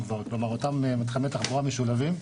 אותם מתחמי תחבורה משולבים.